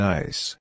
Nice